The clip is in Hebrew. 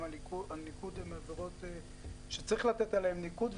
ניקוד הן עבירות שצריך לתת עליהן ניקוד,